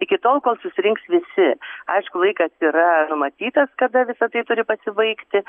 iki tol kol susirinks visi aišku laikas yra numatytas kada visa tai turi pasibaigti